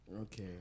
okay